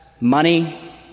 money